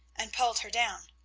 and pulled her down.